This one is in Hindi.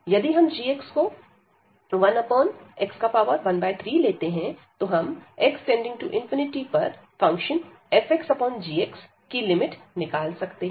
यदि हम g1x13 लेते हैं तो हम x→∞ पर फंक्शन fxgx की लिमिट निकाल सकते हैं